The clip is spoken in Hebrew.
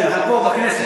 כן, פה בכנסת.